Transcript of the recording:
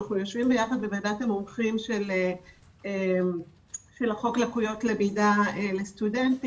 אנחנו יושבים יחד בוועדת המומחים של חוק לקויות למידה לסטודנטים